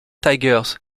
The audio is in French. tigers